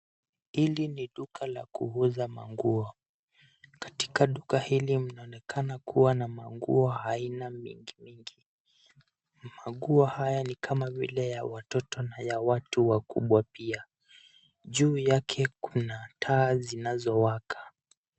Hili ni duka la kuuza manguo. Katika duka hili mnaonekana kuwa na manguo aina mengi. Manguo haya ni kama vile ya watoto na ya watu wakubwa pia. Juu yake kuna taa zinazowaka.